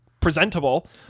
presentable